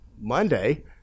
Monday